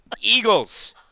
Eagles